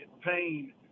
pain